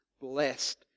blessed